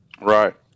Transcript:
Right